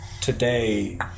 today